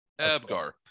Abgar